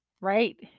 right